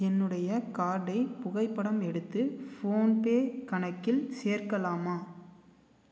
என்னுடைய கார்டை புகைப்படம் எடுத்து ஃபோன்பே கணக்கில் சேர்க்கலாமா